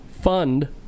fund